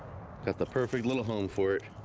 got the perfect little home for it